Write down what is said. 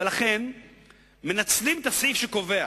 ולכן מנצלים את הסעיף שקובע